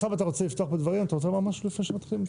אוסאמה, אתה רוצה לומר משהו לפני שמתחילים?